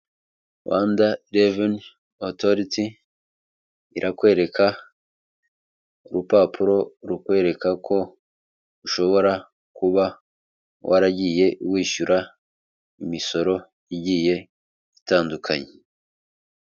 Rwanda reveni otoriti, irakwereka urupapuro rukwereka ko ushobora kuba waragiye wishyura imisoro igiye itandukanye.